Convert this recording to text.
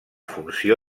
funció